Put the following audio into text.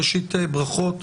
ראשית, ברכות